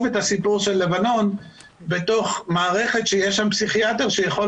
את הסיפור של לבנון בתוך מערכת שיש שם פסיכיאטר שיכול